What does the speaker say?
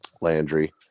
Landry